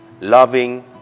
loving